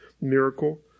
miracle